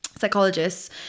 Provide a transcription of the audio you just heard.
psychologists